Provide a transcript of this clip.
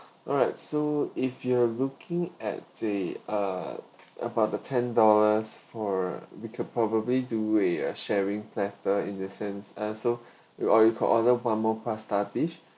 alright so if you are looking at the ah about the ten dollars for we can probably do a uh sharing platter in the sense and so you or you could order one more pasta dish